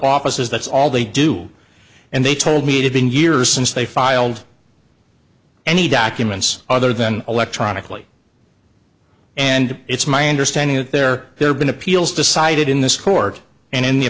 offices that's all they do and they told me to been years since they filed any documents other than electronically and it's my understanding that there have been appeals decided in this court and in the